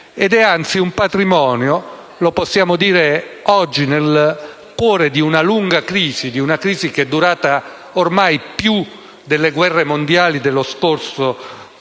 ed è anzi un patrimonio - lo possiamo dire oggi, nel cuore di una lunga crisi che è durata ormai più delle guerre mondiali dello scorso secolo